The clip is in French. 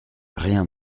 rien